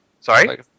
Sorry